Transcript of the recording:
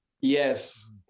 Yes